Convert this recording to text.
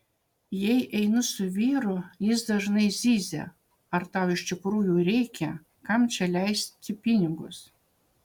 jei einu su vyru jis dažnai zyzia ar tau iš tikrųjų reikia kam čia leisti pinigus